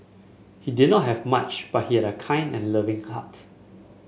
he did not have much but he had a kind and loving heart